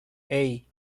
hey